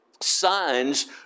Signs